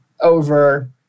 over